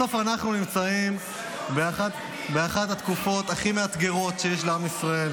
בסוף אנחנו נמצאים באחת התקופות הכי מאתגרות שיש לעם ישראל.